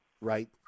Right